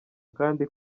kandi